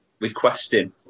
requesting